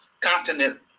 continent